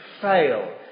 fail